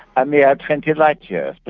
a mere twenty like yeah but